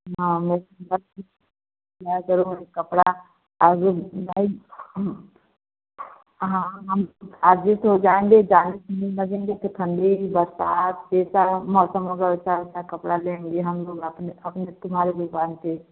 हाँ वो नंबर लाया करूँगी कपड़ा और जब नाई हाँ हम आज ही तो जाएँगे जाने लगेंगे तो ठंडी बरसात जैसा मौसम होगा वैसा वैसा कपड़ा लेंगे हम लोग अपने अपने तुम्हारी दुकान पे